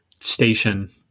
station